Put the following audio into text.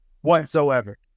Whatsoever